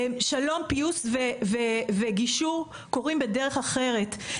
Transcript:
שלום פיוס וגישור קוראים בדרך אחרת.